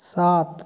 सात